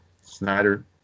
Snyder